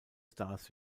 stars